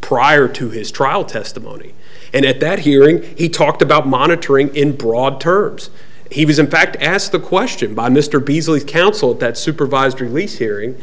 prior to his trial testimony and at that hearing he talked about monitoring in broad terms he was in fact asked the question by mr beasley counsel that supervised release hearing